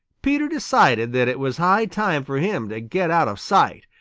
peter decided that it was high time for him to get out of sight.